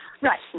Right